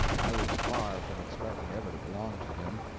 i was far from expecting ever to belong to him,